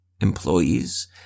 employees